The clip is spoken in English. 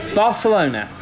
barcelona